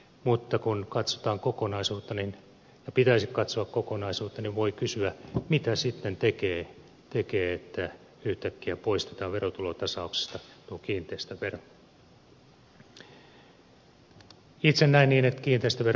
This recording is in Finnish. mutta kun katsotaan kokonaisuutta ja pitäisi katsoa kokonaisuutta niin voi kysyä mitä sitten tekee että yhtäkkiä poistetaan verotulotasauksesta tuo kiinteistövero